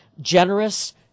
generous